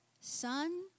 son